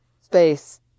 space